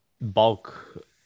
bulk